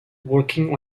working